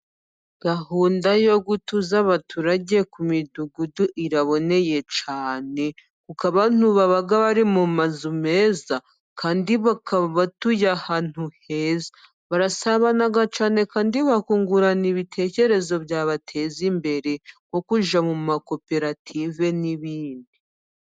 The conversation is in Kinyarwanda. Gahunda yo gutuza abaturage ku midugudu iraboneye cyane kuko abantu baba bari mu mazu meza kandi baka batuye ahantu heza, barasabana cyane kandi bakungurana ibitekerezo byabateza imbere nko kujya mu makoperative n'ibindi.